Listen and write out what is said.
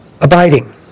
Abiding